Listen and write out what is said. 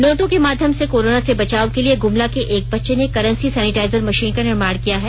नोटों के माध्यम से कोरोना से बचाव के लिए गुमला के एक बच्चे ने करेंसी सैनिटाइजर मशीन का निर्माण किया है